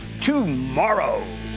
tomorrow